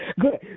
Good